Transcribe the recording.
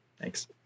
Thanks